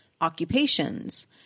occupations